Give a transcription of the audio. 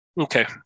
Okay